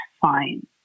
fine